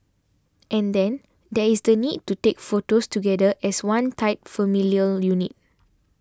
and then there is the need to take photos together as one tight familial unit